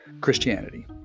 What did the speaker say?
Christianity